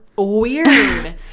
Weird